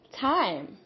time